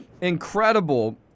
incredible